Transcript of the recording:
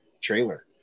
trailer